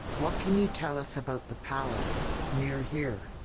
what can you tell us about the palace near here?